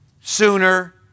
sooner